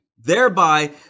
Thereby